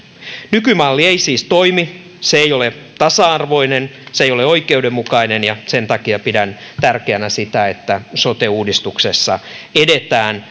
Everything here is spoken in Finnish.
nykymalli ei siis toimi se ei ole tasa arvoinen se ei ole oikeudenmukainen ja sen takia pidän tärkeänä sitä että sote uudistuksessa edetään